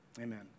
Amen